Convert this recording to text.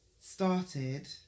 started